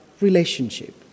relationship